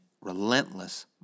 relentless